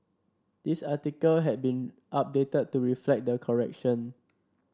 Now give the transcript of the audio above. this article had been updated to reflect the correction